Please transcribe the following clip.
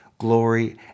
glory